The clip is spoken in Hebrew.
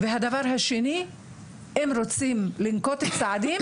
אם רוצים לנקוט צעדים,